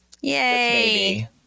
Yay